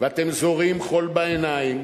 ואתם זורים חול בעיניים